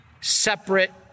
separate